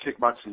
kickboxing